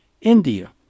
India